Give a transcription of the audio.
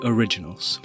Originals